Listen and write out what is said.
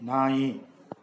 ನಾಯಿ